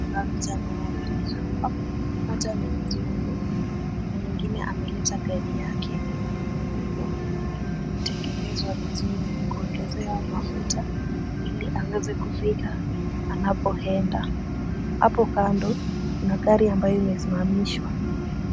Kuna vijana wawili hapa, mmoja ni mzungu na mwingine ameleta gari yake yenye ni nyeupe na imetengenezwa vizuri, kuongezewa mafuta ili aweze kufika anapoenda. Hapo kando kuna gari ambayo imesimamishwa.